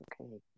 okay